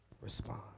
respond